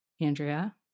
Andrea